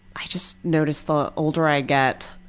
i just notice, the older i get,